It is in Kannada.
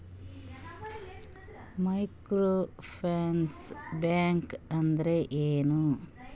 ಮೈಕ್ರೋ ಫೈನಾನ್ಸ್ ಬ್ಯಾಂಕ್ ಅಂದ್ರ ಏನು?